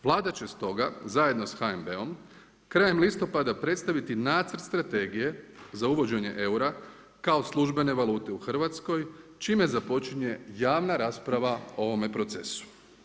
Vlada će stoga zajedno sa HNB-om krajem listopada predstaviti Nacrt strategije za uvođenje eura kao službene valute u Hrvatskoj čime započinje javna rasprava o ovome procesu.